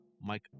Mike